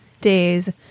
days